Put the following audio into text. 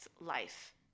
life